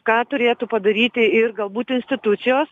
ką turėtų padaryti ir galbūt institucijos